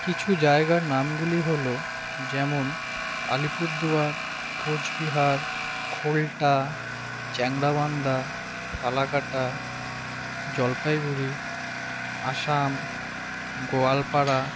কিছু জায়গার নামগুলি হলো যেমন আলিপুরদুয়ার কোচবিহার খোলটা চ্যাংড়াবান্ধা ফালাকাটা জলপাইগুড়ি অসম গোয়ালপাড়া